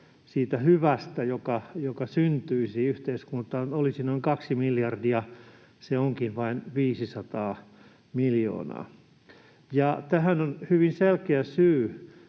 siitä hyvästä, joka syntyisi yhteiskuntaan, olisi noin kaksi miljardia, se onkin vain 500 miljoonaa. Tähän on hyvin selkeä syy,